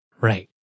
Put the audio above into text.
Right